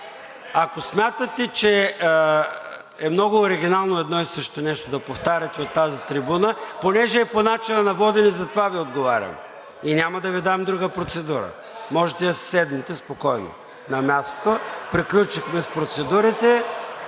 Ако смятате, че е много оригинално едно и също нещо да повтаряте от тази трибуна… (Реплики.) Понеже е по начина на водене, затова Ви отговарям. Няма да Ви дам друга процедура. Можете да си седнете спокойно на мястото. Приключихме с процедурите.